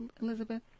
Elizabeth